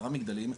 עשרה מגדלים,